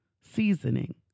seasoning